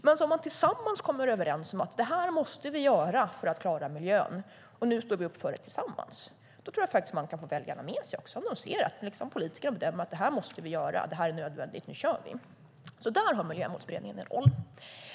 Men om man tillsammans kommer överens om att det här måste vi göra för att klara miljön, och nu står vi upp för det tillsammans, då tror jag att man kan få väljarna med sig, när de ser att politiker bedömer att vi måste göra detta, att det är nödvändigt - nu kör vi. Där har Miljömålsberedningen en roll.